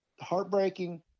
heartbreaking